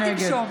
נגד